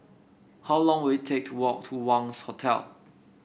how long will it take to walk to Wangz Hotel